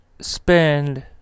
spend